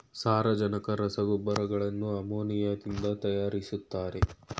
ಸಾರಜನಕ ರಸಗೊಬ್ಬರಗಳನ್ನು ಅಮೋನಿಯಾದಿಂದ ತರಯಾರಿಸ್ತರೆ